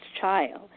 child